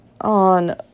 on